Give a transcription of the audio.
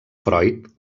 freud